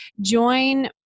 Join